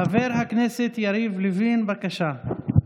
חבר הכנסת יריב לוין, בבקשה.